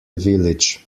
village